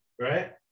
right